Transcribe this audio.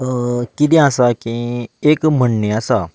कितें आसा की एक म्हणणें आसा